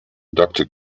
doctor